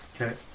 Okay